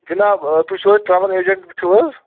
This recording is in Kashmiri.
جِناب تُہۍ چھُو حظ ٹرٛاوٕل اٮ۪جنٛٹ پٮ۪ٹھ چھُو حظ